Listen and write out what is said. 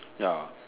ya